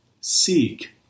seek